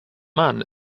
man